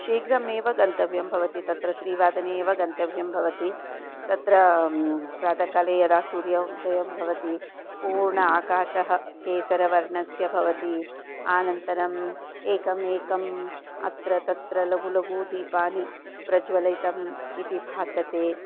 शीघ्रमेव गन्तव्यं भवति तत्र त्रिवादने एव गन्तव्यं भवति तत्र प्रातः काले यदा सूर्योदयः भवति पूर्ण आकाशः केसरवर्णस्य भवति अनन्तरम् एकमेकम् अत्र तत्र लघु लघु दीपानि प्रज्वलितम् इति भासते